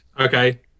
Okay